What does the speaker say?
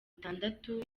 itandatu